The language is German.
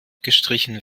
gestrichen